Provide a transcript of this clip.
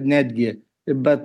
netgi bet